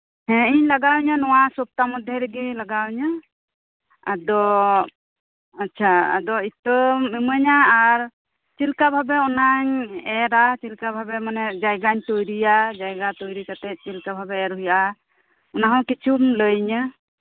ᱦᱮᱸ ᱤᱧᱞᱟᱜᱟᱣᱟᱹᱧᱟᱹ ᱱᱚᱣᱟ ᱥᱚᱯᱛᱟ ᱢᱚᱫᱷᱮᱨᱮ ᱜᱮ ᱞᱟᱜᱟᱣᱟᱹᱧᱟᱹ ᱟᱫᱚ ᱟᱪᱷᱟ ᱟᱫᱚ ᱤᱛᱟᱹᱢ ᱤᱢᱟᱹᱧᱟ ᱟᱨ ᱪᱮᱫᱞᱮᱠᱟ ᱵᱷᱟᱵᱮ ᱚᱱᱟᱧ ᱮᱨᱟ ᱪᱮᱫᱞᱮᱠᱟ ᱵᱷᱟᱵᱮ ᱢᱟᱱᱮ ᱡᱟᱭᱜᱟᱧ ᱛᱚᱭᱨᱤᱭᱟ ᱡᱟᱭᱜᱟ ᱛᱚᱭᱨᱤᱠᱟᱛᱮᱜ ᱪᱮᱫᱞᱮᱠᱟ ᱵᱷᱟᱵᱮ ᱮᱨ ᱦᱩᱭᱩᱜ ᱟ ᱚᱱᱟᱦᱚᱸ ᱠᱤᱪᱷᱩᱢ ᱞᱟᱹᱭᱟᱹᱧᱟᱹ